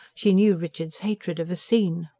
she knew richard's hatred of a scene.